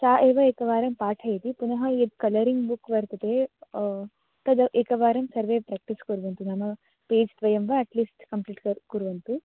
सा एव एकवारं पाठयति पुनः यत् कलरिङ्ग् बुक् वर्तते तद् एकवारं सर्वे प्र्याक्टिस् कुर्वन्तु नाम पेज् द्वयं वा अट्लीस्ट् कम्प्लिट् कर् कुर्वन्तु